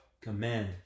Command